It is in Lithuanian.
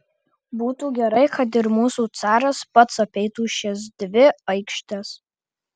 būtų gerai kad ir mūsų caras pats apeitų šias dvi aikštes